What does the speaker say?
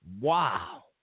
wow